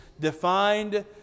defined